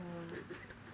the